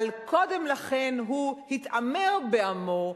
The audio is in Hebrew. אבל קודם לכן הוא התעמר בעמו,